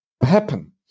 happen